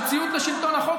של ציות לשלטון החוק,